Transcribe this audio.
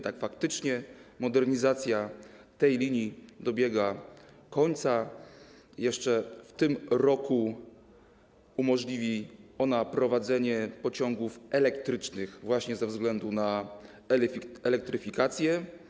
Tak, faktycznie, modernizacja tej linii dobiega końca, jeszcze w tym roku umożliwi ona prowadzenie pociągów elektrycznych właśnie ze względu na elektryfikację.